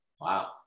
Wow